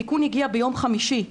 התיקון הגיע ביום חמישי.